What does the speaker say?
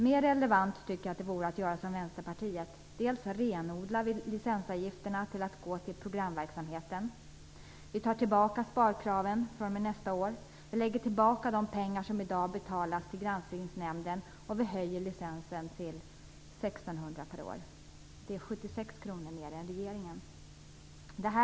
Mer relevant vore det att göra som Vänsterpartiet. Vi renodlar licensavgifterna till att gå till programverksamheten. Vi tar tillbaka sparkraven fr.o.m. nästa år. Vi lägger tillbaka de pengar som i dag betalas till Granskningsnämnden, och vi höjer licensen till 1 600 kr per år. Det är 76 kr mer än regeringens förslag.